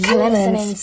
Clemens